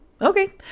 Okay